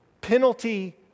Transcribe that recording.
Penalty